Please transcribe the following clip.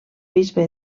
bisbe